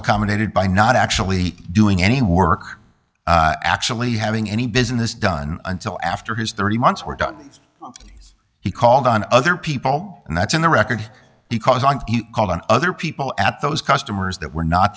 accommodated by not actually doing any work actually having any business done until after his three months were done he called on other people and that's in the record because i called on other people at those customers that were not